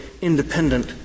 independent